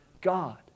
God